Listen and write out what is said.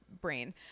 brain